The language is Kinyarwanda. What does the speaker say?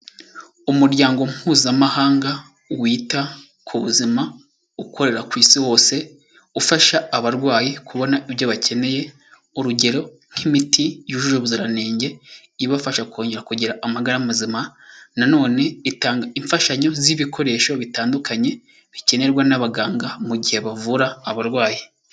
Umuryango Mpuzamahanga wita ku buzima ukorera ku isi hose, ufasha abarwayi kubona ibyo bakeneye, urugero nk'imiti yujuje ubuziranenge, ibafasha kongera kugira amagara mazima, nanone itanga imfashanyo z'ibikoresho bitandukanye, bikenerwa n'abaganga mu gihe bavura abarwayi.